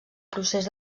procés